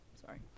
sorry